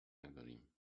نداریم